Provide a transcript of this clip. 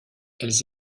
elles